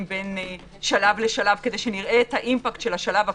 בין שלב לשלב כדי שנראה את האימפקט של השלב הקודם.